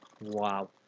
wow